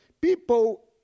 People